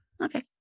Okay